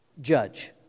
judge